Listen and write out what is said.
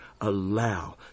allow